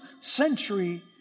century